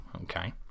okay